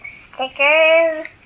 stickers